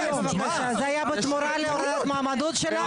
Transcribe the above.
זה היה בתמורה להורדת המועמדות שלך?